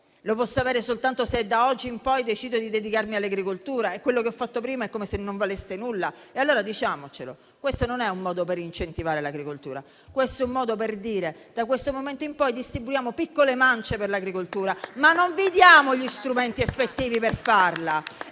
Lo posso avere soltanto se da oggi in poi decido di dedicarmi all'agricoltura, mentre quello che ho fatto prima è come se non valesse nulla. E allora, diciamocelo, questo non è un modo per incentivare l'agricoltura; questo è un modo per dire che, da questo momento in poi, distribuiamo piccole mance per l'agricoltura, ma non vi diamo gli strumenti effettivi per farla.